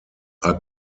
are